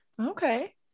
Okay